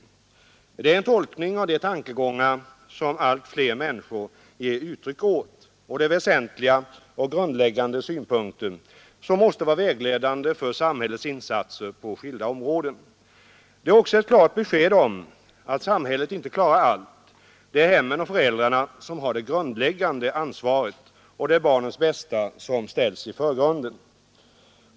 Det är en tolkning av de tankegångar som allt fler människor ger uttryck åt. Det är den väsentliga och grundläggande synpunkten, som måste vara vägledande för samhällets insatser på skilda områden. Det är också ett klart besked om att samhället inte klarar allt. Det är hemmen och föräldrarna som har det grundläggande ansvaret, och det är barnens bästa som ställs i förgrunden.